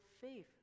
faith